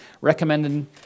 recommending